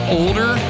older